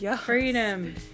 freedom